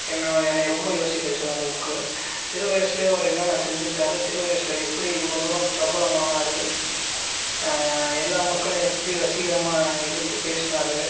என்ன என்னை ரொம்ப யோசிக்க வைச்சது அந்த புக்கு சிறு வயசிலே அவர் என்னென்ன செஞ்சிருக்கார் சிறு வயசில் எப்படி இவ்வளோ தூரம் பிரபலம் ஆனார் எல்லா மக்களும் எப்படி வசீகரமாக இழுத்துப் பேசுனார்